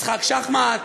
משחק שחמט?